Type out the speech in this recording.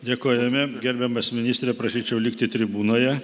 dėkojame gerbiamas ministre prašyčiau likti tribūnoje